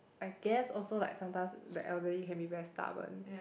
I guess also like sometimes the elderly can be very stubborn